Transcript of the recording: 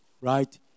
right